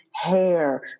hair